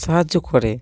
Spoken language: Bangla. সাহায্য করে